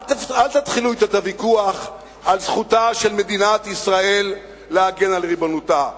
אל תתחילו את הוויכוח על זכותה של מדינת ישראל להגן על ריבונותה.